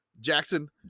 Jackson